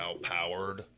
outpowered